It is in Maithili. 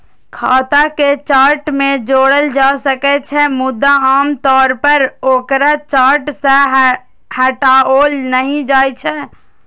खाता कें चार्ट मे जोड़ल जा सकै छै, मुदा आम तौर पर ओकरा चार्ट सं हटाओल नहि जाइ छै